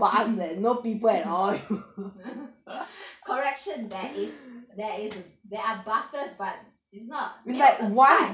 correction there is there is there are buses but is not 没有很快